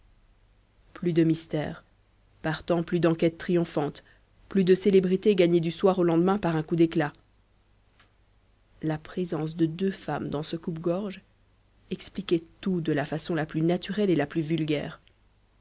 plus de mystère partant plus d'enquête triomphante plus de célébrité gagnée du soir au lendemain par un coup d'éclat la présence de deux femmes dans ce coupe-gorge expliquait tout de la façon la plus naturelle et la plus vulgaire